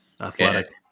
Athletic